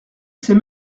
ces